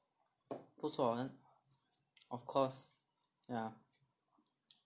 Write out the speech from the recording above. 不错 of course yeah